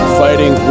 fighting